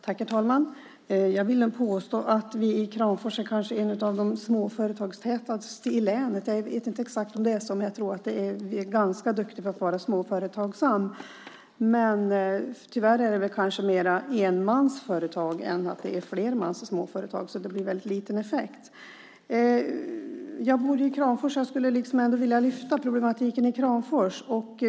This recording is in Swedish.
Herr talman! Jag vill påstå att Kramfors kanske är bland de småföretagstätaste i länet. Jag vet inte om det är exakt så, men vi är ganska duktiga på att vara småföretagare. Tyvärr är det kanske mer enmansföretag än flermansföretag, så det blir en väldigt liten effekt. Jag bor i Kramfors, och jag skulle vilja lyfta fram problematiken i Kramfors.